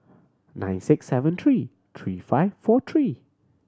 nine six seven three three five four three